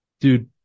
dude